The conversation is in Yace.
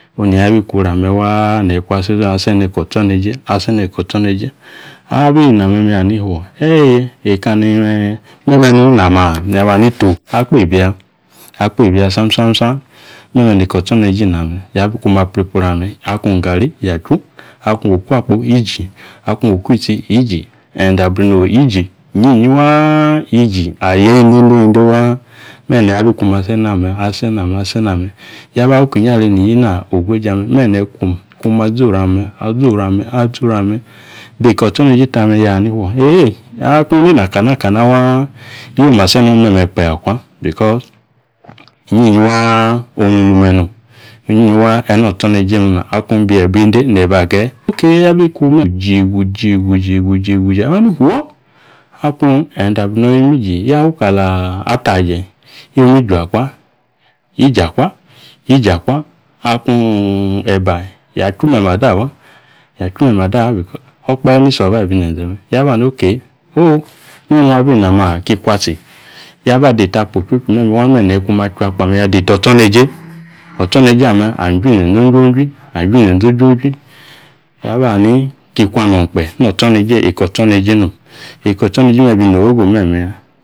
Oneyi abi kworu ame̱ waa neyiku asen aseneka o̱tso̱neje aseneka otsoneje. Aabi name yahani fuo, eeye, ekani me̱e̱, me̱me̱ nung namaa? Namanito, akpeebi ya, akpeebi ya sam sam sam, me̱me̱ neka o̱tso̱neje iname. Yabi kume̱ aprepwa oru me̱. Akung gari ya chu, akung oku akpo yiji, akung oku itsi yiji, ende abrino̱ o yiji, inyiyi waaa yiji aya endendende waa. Me niyi abiku asename, asename, asename. Yaba wikinyi aleniyi no ogoja me̱, me̱ neyi kwom, ikwom azi oru ame̱, azi oru ame̱ atso oru ame̱, beka otso̱neje tame yaha ni fuo! Eheyi akung inima kanakana waa, yi oma asenong me̱me̱ kpe̱ akwa because inyinyi waa ong nonu me̱ nom, inyinyi waa e̱ne̱ otsoneje onu nom. Akung bi yiebuo ende neyi ba ageyi okey ya bikuna jegu jegu jegu jegu nama ani what akung e̱nde̱ abrino̱ yomiji, yafu kalaa ataje yomiji akwa, yiji kwa, yiji kwa, akung e̱ba, yachu me̱me̱ adawa, yachu me̱me̱ adawa beco okpahe ni survive inzenze me̱. Ya bani okey o me̱ nung abi abi na maa? Ki kwa tsi, yaba adeta o̱tso̱neje, otsoneje ame anjwi inze̱nze̱, onjwonjwi anjwi inzenze yaban, ki kwa non kpe̱ notso̱neje, eka otso̱neje nom, eka otsoneje bina ogogo memeya.